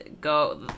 go